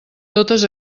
totes